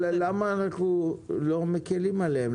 למה אנחנו לא מקלים עליהם?